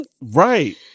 Right